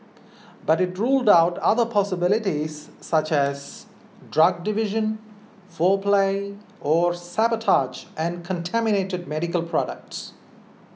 but it ruled out other possibilities such as drug diversion foul play or sabotage and contaminated medical products